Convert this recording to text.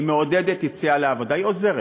היא מעודדת יציאה לעבודה, היא עוזרת,